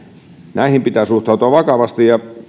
näihin pitää suhtautua vakavasti ja